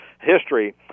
history